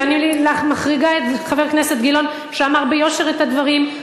ואני מחריגה את חבר הכנסת גילאון שאמר ביושר את הדברים,